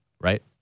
right